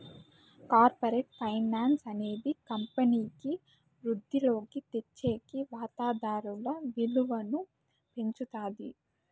corporate finance అనేది కంపెనీకి వృద్ధిలోకి తెచ్చేకి వాతాదారుల విలువను పెంచుతాది